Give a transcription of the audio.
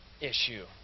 issue